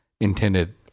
intended